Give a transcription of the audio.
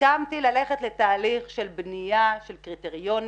הסכמתי ללכת לתהליך של בניית קריטריונים,